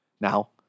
Now